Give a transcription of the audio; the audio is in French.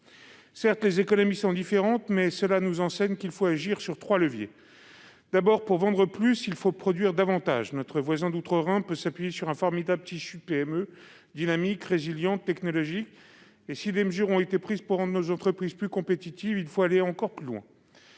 Certes, nos économies sont différentes, mais cette situation nous enseigne qu'il faut agir sur trois leviers. Tout d'abord, pour vendre plus, il faut produire davantage. Notre voisin d'outre-Rhin peut ainsi s'appuyer sur un formidable tissu de PME, à la fois dynamique, résilient et technologique. Si des mesures ont été prises pour rendre nos entreprises plus compétitives, il faut aller encore plus loin.